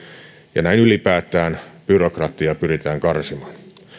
ja näin ylipäätään byrokratiaa pyritään karsimaan